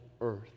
earth